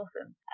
awesome